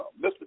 Mr